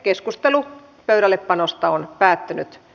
keskustelu pöydällepanosta päättyi